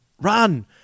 run